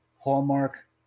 hallmark